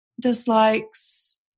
dislikes